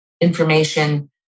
information